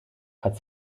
hat